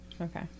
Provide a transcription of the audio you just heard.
okay